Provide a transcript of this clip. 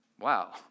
Wow